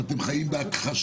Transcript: אתם חיים בהכחשה.